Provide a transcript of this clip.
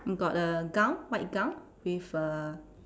got a gown white gown with a